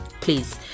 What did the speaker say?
please